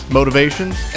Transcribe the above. motivations